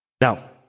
Now